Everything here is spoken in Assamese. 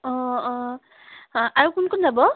অঁ অঁ আৰু কোন কোন যাব